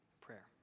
prayer